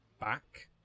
back